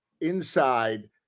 inside